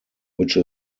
which